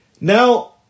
Now